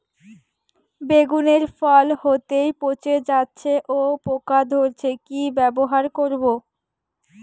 বেগুনের ফল হতেই পচে যাচ্ছে ও পোকা ধরছে কি ব্যবহার করব?